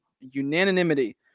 unanimity